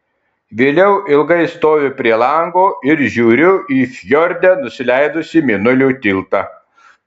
vėliau ilgai stoviu prie lango ir žiūriu į fjorde nusileidusį mėnulio tiltą